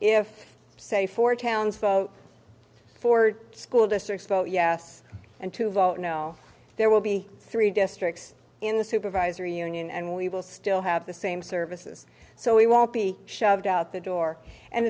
if say four towns vote for school districts vote yes and to vote no there will be three districts in the supervisor union and we will still have the same services so we won't be shoved out the door and